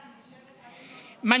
מחכה, ואני נשארת לשמוע.